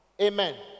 Amen